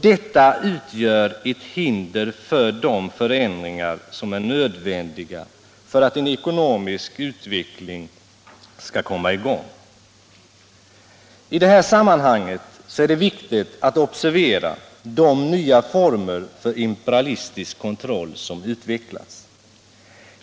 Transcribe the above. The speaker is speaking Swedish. Detta utgör ett hinder för de förändringar som är nödvändiga för att en ekonomisk utveckling skall komma i gång. I det här sammanhanget är det viktigt att observera de nya former för imperialistisk kontroll som utvecklats.